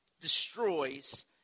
destroys